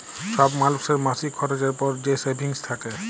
ছব মালুসের মাসিক খরচের পর যে সেভিংস থ্যাকে